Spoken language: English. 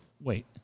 Wait